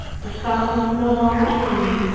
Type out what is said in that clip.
the fountain was no longer singing,